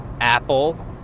Apple